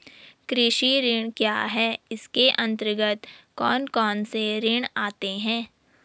कृषि ऋण क्या है इसके अन्तर्गत कौन कौनसे ऋण आते हैं?